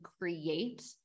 create